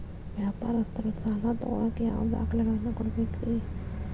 ವ್ಯಾಪಾರಸ್ಥರು ಸಾಲ ತಗೋಳಾಕ್ ಯಾವ ದಾಖಲೆಗಳನ್ನ ಕೊಡಬೇಕ್ರಿ?